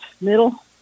middle